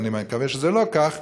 ואני מקווה שזה לא כך,